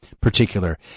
particular